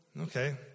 okay